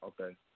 okay